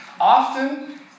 Often